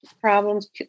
problems